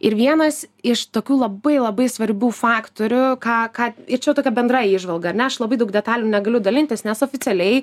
ir vienas iš tokių labai labai svarbių faktorių ką ką ir čia tokia bendra įžvalga ar ne aš labai daug detalių negaliu dalintis nes oficialiai